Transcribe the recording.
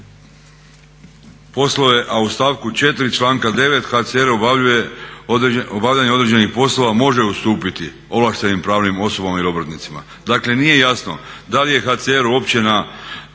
Poslove a u stavku 4. članka 9. HCR obavljanje određenih poslova može ustupiti ovlaštenim pravnim osobama ili obrtnicima. Dakle nije jasno da li je HCR uopće